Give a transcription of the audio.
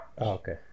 Okay